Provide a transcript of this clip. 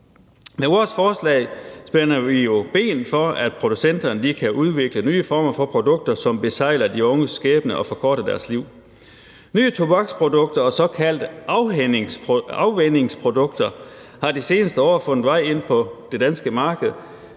Med vores forslag spænder vi jo ben for, at producenterne kan udvikle nye former for produkter, som besejler de unges skæbne og forkorter deres liv. Nye tobaksprodukter og såkaldte afvænningsprodukter har de seneste år fundet vej ind på det danske marked,